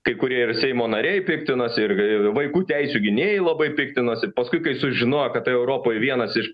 kai kurie ir seimo nariai piktinosi ir vaikų teisių gynėjai labai piktinosi paskui kai sužinojo kad tai europoj vienas iš